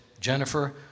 Jennifer